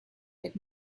had